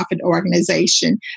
organization